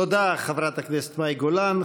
תודה, חברת הכנסת מאי גולן.